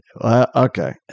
Okay